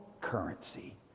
currency